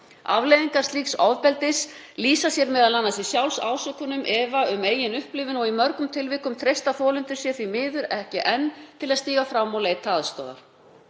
Afleiðingar slíks ofbeldis lýsa sér m.a. í sjálfsásökunum, efa um eigin upplifun og í mörgum tilvikum treysta þolendur sér því miður ekki enn til að stíga fram og leita aðstoðar.